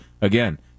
again